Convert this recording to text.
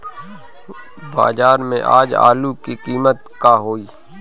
बाजार में आज आलू के कीमत का होई?